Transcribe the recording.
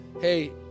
hey